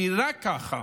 כי רק ככה,